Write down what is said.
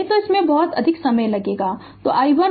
नहीं तो इसमें अधिक समय लगेगा तो i1 और i2